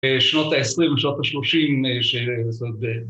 שנות העשרים, שנות השלושים